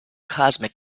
cosmic